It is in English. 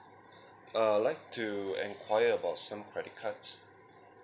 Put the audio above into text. I'd like to enquire about some credit cards